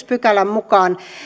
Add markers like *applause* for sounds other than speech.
*unintelligible* pykälän mukaan